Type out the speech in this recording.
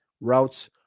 routes